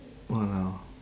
!walao!